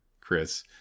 Chris